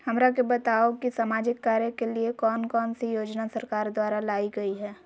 हमरा के बताओ कि सामाजिक कार्य के लिए कौन कौन सी योजना सरकार द्वारा लाई गई है?